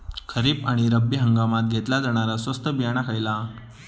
खरीप आणि रब्बी हंगामात घेतला जाणारा स्वस्त बियाणा खयला?